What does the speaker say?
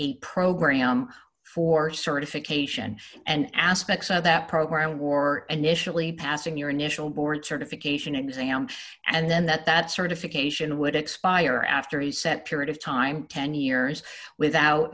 a program for certification and aspects of that program war initially passing your initial board certification exam and then that that certification would expire after the set period of time ten years without